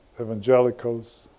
evangelicals